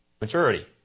Maturity